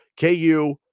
ku